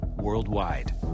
worldwide